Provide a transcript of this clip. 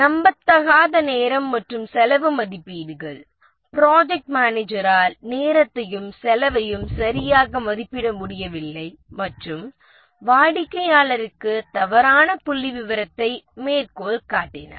நம்பத்தகாத நேரம் மற்றும் செலவு மதிப்பீடுகள் ப்ராஜெக்ட் மேனேஜரால் நேரத்தையும் செலவையும் சரியாக மதிப்பிட முடியவில்லை மற்றும் வாடிக்கையாளருக்கு தவறான புள்ளிவிவரத்தை மேற்கோள் காட்டினார்